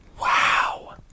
Wow